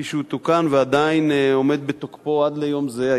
כפי שהוא תוקן ועדיין עומד בתוקפו עד ליום זה,